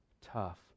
tough